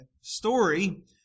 story